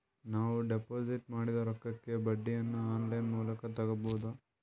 ನಾವು ಡಿಪಾಜಿಟ್ ಮಾಡಿದ ರೊಕ್ಕಕ್ಕೆ ಬಡ್ಡಿಯನ್ನ ಆನ್ ಲೈನ್ ಮೂಲಕ ತಗಬಹುದಾ?